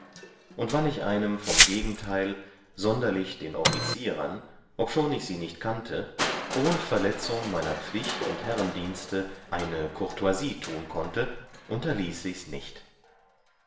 und wann ich einem vom gegenteil sonderlich den offizierern obschon ich sie nicht kannte ohn verletzung meiner pflicht und herrendienste eine courtoisie tun konnte unterließ ichs nicht